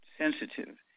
sensitive